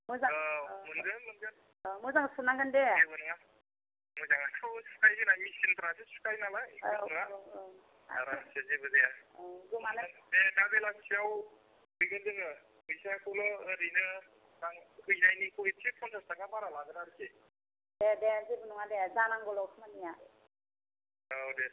मोजां औ औ मोनगोन मोनगोन औ मोजां सुनांगोन दे जेबो नङा मोजाङाथ' सुखायो जोंना मेसिनफ्रासो सुखायो नालाय जोंहा औ औ आरो सिया जेबो जाया औ गोमालाय दे दा बेलासियाव हैगोन जोङो फैसाखौल' ओरैनो हैनायनिखौ ऐसे फनसास थाखा बारा लागोन आरोखि दे दे जेबो नङा दे जानांगौल' खामानिया औ दे दे औ